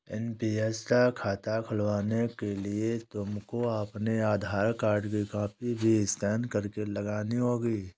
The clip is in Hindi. एन.पी.एस का खाता खुलवाने के लिए तुमको अपने आधार कार्ड की कॉपी भी स्कैन करके लगानी होगी